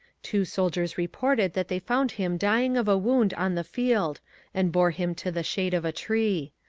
two soldiers reported that they found him dying of a wound on the field and bore him to the shade of a tree.